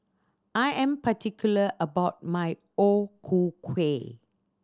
I am particular about my O Ku Kueh